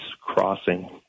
crossing